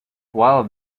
while